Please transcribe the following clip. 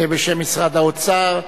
בשם משרד האוצר.